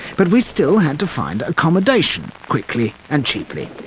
but we still had to find accommodation quickly and cheaply.